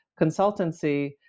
consultancy